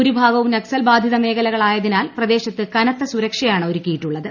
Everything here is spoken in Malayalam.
ഭൂരിഭാഗവും നക്സൽ ബാധിത മേഖലകളായതിനാൽ പ്രദേശത്ത് കനത്ത സുരക്ഷയാണ് ഒരുക്കിയിട്ടുള്ളത്